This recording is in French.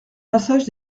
passage